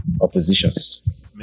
oppositions